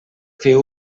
fer